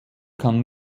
kann